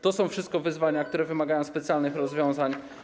To są wszystko wyzwania, które wymagają specjalnych rozwiązań.